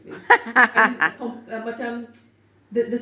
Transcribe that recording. I mean uh com~ macam the the